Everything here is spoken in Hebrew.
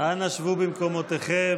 אנא שבו במקומותיכם.